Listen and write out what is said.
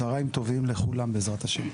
צוהריים טובים לכולם בעזרת ה'.